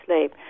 sleep